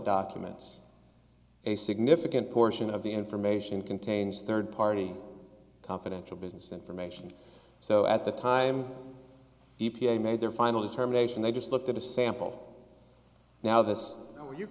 documents a significant portion of the information contains third party confidential business information so at the time e p a made their final determination they just looked at a sample now th